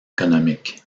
économiques